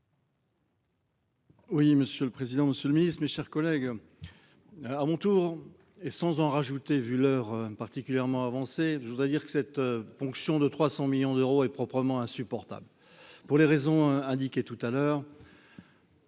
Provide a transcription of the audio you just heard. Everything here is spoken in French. Oui, monsieur le président, Monsieur le Ministre, mes chers collègues, à mon tour, et sans en rajouter, vu leur particulièrement avancé, je voudrais dire que cette ponction de 300 millions d'euros, est proprement insupportable pour les raisons indiquées tout à l'heure.